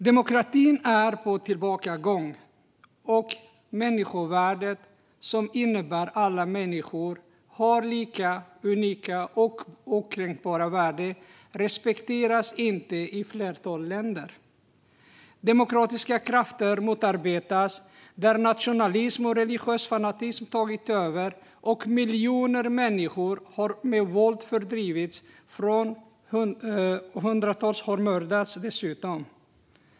Demokratin är på tillbakagång, och människovärdet, som innebär att alla människor har ett lika, unikt och okränkbart värde, respekteras inte i ett flertal länder. Demokratiska krafter motarbetas där nationalism och religiös fanatism har tagit över, och miljoner människor har med våld fördrivits och hundratusentals mördats.